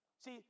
see